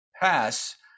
pass